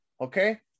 okay